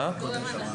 היא הגורם הנכון.